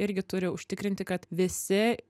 irgi turi užtikrinti kad visi